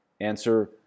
Answer